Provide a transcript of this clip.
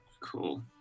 Cool